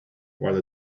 while